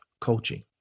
coaching